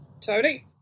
Tony